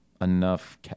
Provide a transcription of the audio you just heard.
enough